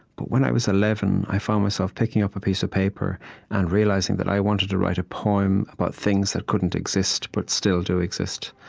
but when i was eleven, i found myself picking up a piece of paper and realizing that i wanted to write a poem about things that couldn't exist but still do exist.